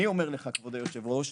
אני אומר לך כבוד היושב ראש,